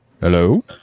Hello